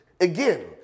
again